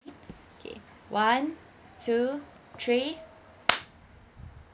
K one two three